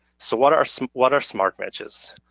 so what are what are smart matches?